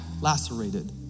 lacerated